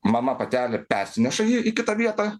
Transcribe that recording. mama patelė persineša jį į kitą vietą